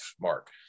Mark